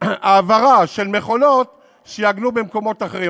העברה של מכולות שיעגנו במקומות אחרים.